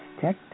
Tech